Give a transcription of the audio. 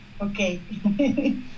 Okay